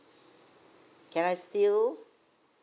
can I still